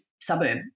suburb